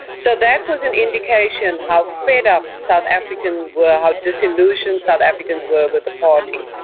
so that was an indication how fed up south africans were, how disillusioned south africans were with the party.